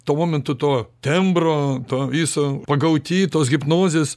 tuo momentu to tembro to viso pagauti tos hipnozės